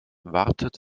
wartet